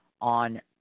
on